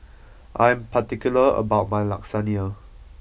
I am particular about my Lasagne